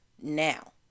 Now